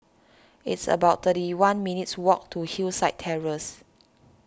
it's about thirty one minutes' walk to Hillside Terrace